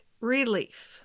relief